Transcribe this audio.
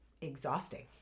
exhausting